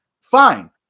Fine